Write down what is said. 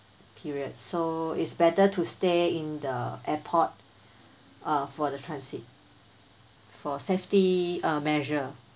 period so it's better to stay in the airport uh for the transit for safety uh measure